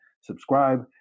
subscribe